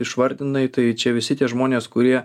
išvardinai tai čia visi tie žmonės kurie